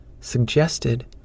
suggested